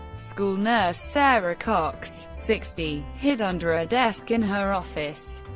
school nurse sarah cox, sixty, hid under a desk in her office.